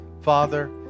Father